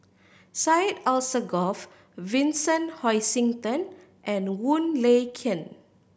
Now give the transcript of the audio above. Syed Alsagoff Vincent Hoisington and Wong Lin Ken